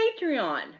patreon